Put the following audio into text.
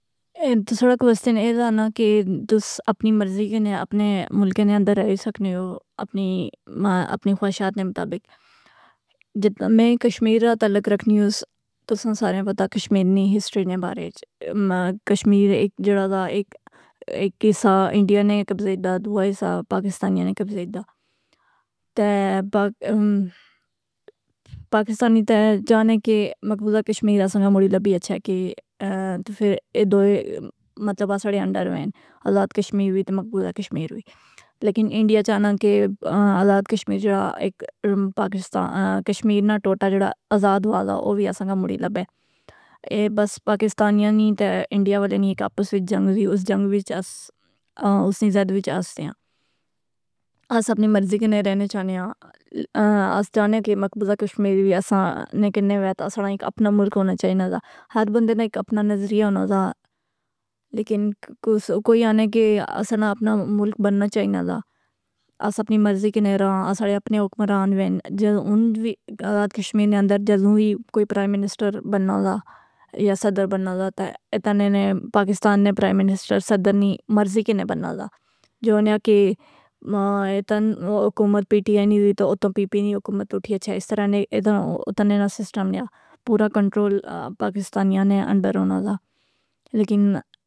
اے تساڑا کوسٹن اے دا نہ کہ توس اپنی مرضی کنے اپنے ملکے نے اندر رہئ سکنے او، اپنی خواہشات نے مطابق۔ جتنا میں کشمیر رہ تعلق رکھنیوس۔ تساں ساریاں پتہ کشمیرنی ہسٹری نے بارے اچ۔ کشمیر ایک جڑا دا ایک حصہ انڈیا نے قبضے اچ دا، دووا حصہ پاکستانیاں نے قبضے اچ دا۔ تہ پاکستانی تے چاہنے کے مقبوضہ کشمیر اساں نا موڑی لبی اچھے کہ، تہ فر اے دوئے مطلب اساڑے انڈر وین۔ آزاد کشمیر وی تے مقبوضہ کشمیر وی۔ لیکن انڈیا چاہنا کے آزاد کشمیر جڑا کشمیر نہ ٹوٹا جڑا آزاد ہوا دا او وی اساں کا موڑی لبے۔ اے بس پاکستانیاں نی تہ انڈیا والیاں نی اک آپس وچ جنگ زی اس جنگ وچ اس اس نی زد وچ اس نیاں۔ اس اپنی مرضی کنے رہنے چاہنے آں۔ اس جاننے کہ مقبوضہ کشمیر وی اساں نے کنے وییت۔ اساڑا اک اپنا ملک ہونا چائنا دا۔ ہر بندے نہ ایک اپنا نظریہ ہونا دا۔ لیکن کوئی آخنے کہ اساں نہ اپنا ملک بننا چائنا دا۔ اس اپنی مرضی کنے رہاں۔ اساڑے اپنے حکمران وین۔ جد انج وی آزاد کشمیر نہ اندر جذو۔ وی کوئی پرائیم منسٹر بننا دا یا صدر بننا دا تہ اتنے نے پاکستان نے پرائیم منسٹر صدر نیں مرضی کنے بننا دا۔ جو انیاں کہ اتن حکومت پی ٹی آئی نیں دی تہ اوتوں پی پی نیں حکومت اٹھی اچھے۔ اس طرح اوتھے نے انا سسٹم نیا۔ پورا کنٹرول پاکستانیاں نے انڈر ہونا دا.